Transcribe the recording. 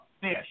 fish